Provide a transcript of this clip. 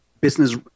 business